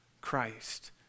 Christ